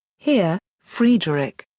heer, friedrich.